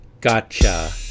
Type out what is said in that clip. Gotcha